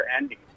ending